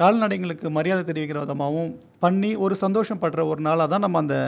கால்நடைங்களுக்கு மரியாதை தெரிவிக்கிற விதமாகவும் பண்ணி ஒரு சந்தோஷம்படுகிற ஒரு நாளாக தான் நம்ம அந்த